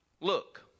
look